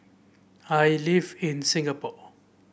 I live in Singapore